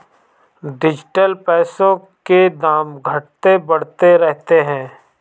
digital पैसों के दाम घटते बढ़ते रहते हैं